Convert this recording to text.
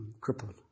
crippled